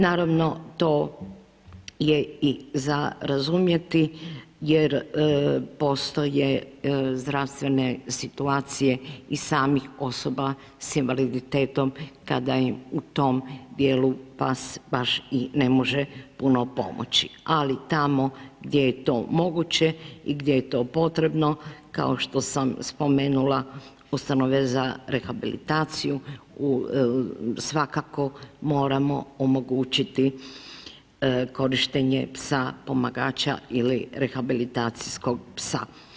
Naravno to je i za razumjeti jer postoje zdravstvene situacije i samih osoba s invaliditetom kada im u tom dijelu pas baš i ne može puno pomoći, ali tamo gdje je to moguće i gdje je to potrebno kao što sam spomenula ustanove za rehabilitaciju svakako moramo omogućiti korištenje psa pomagača ili rehabilitacijskog psa.